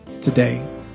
today